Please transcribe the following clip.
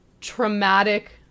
traumatic